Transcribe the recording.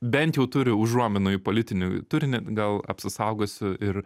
bent jau turi užuominų į politinį turinį gal apsisaugosiu ir